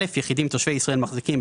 יחידים תושבי ישראל מחזיקים,